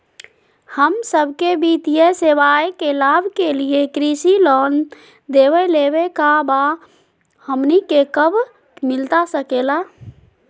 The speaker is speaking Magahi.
हम सबके वित्तीय सेवाएं के लाभ के लिए कृषि लोन देवे लेवे का बा, हमनी के कब मिलता सके ला?